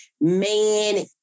man